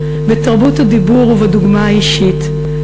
בתרבות הדיבור ובדוגמה האישית,